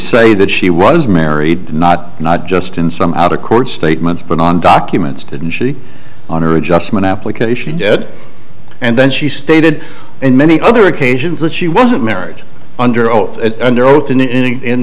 say that she was married not not just in some out of court statements but on documents didn't she on her adjustment application and then she stated in many other occasions that she wasn't marriage under oath under oath and in